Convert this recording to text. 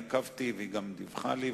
עקבתי והיא גם דיווחה לי,